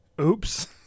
oops